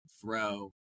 throw